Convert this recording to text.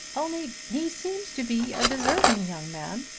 only he seems to be a deserving young man!